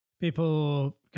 People